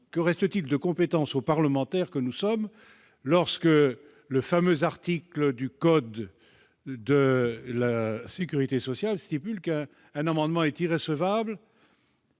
Que reste-t-il de compétences aux parlementaires que nous sommes lorsque le code de la sécurité sociale dispose qu'un amendement est irrecevable